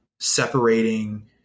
separating